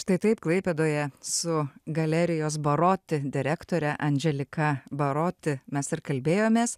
štai taip klaipėdoje su galerijos baroti direktore andželika baroti mes ir kalbėjomės